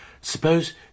suppose